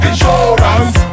Insurance